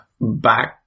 back